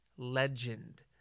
Legend